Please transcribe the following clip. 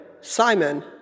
Simon